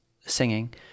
singing